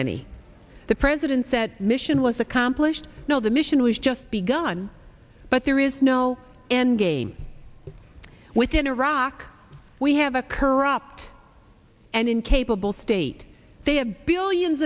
any the president said mission was accomplished no the mission was just begun but there is no end game within iraq we have a corrupt and incapable state they have billions